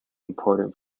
important